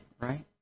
right